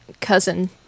cousin